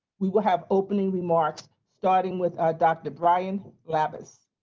we will have opening remarks starting with dr. brian labus